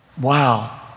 Wow